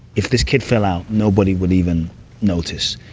if this kid fell out, nobody would even notice,